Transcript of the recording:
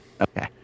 Okay